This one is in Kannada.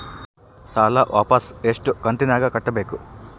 ಸಾಲ ವಾಪಸ್ ಎಷ್ಟು ಕಂತಿನ್ಯಾಗ ಕಟ್ಟಬೇಕು?